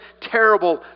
terrible